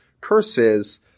curses